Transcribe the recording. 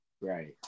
Right